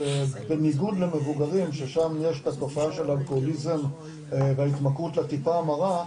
שבניגוד למבוגרים ששם יש את התופעה של אלכוהוליזם וההתמכרות לטיפה המרה,